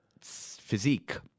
physique